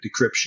decryption